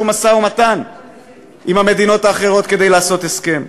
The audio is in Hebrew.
משא-ומתן עם המדינות האחרות כדי לעשות הסכם.